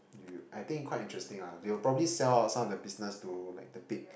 you I think quite interesting lah they will probably sell out some of the business to like the big